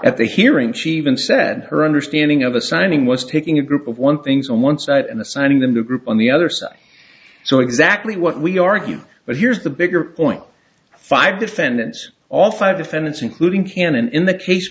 at the hearing she even said her understanding of assigning was taking a group of one things on one side and assigning them to a group on the other side so exactly what we argue but here's the bigger point five defendants all five defendants including canon in the case